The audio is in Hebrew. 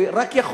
או שהוא יכול רק,